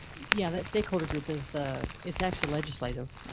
yeah, that stakeholder group is the. it's actually legislative.